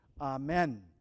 Amen